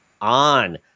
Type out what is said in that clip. on